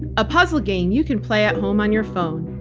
a puzzle game you can play at home on your phone.